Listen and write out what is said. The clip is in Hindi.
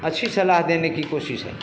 अच्छी सलाह देने की कोशिश है